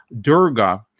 Durga